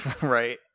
Right